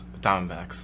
Diamondbacks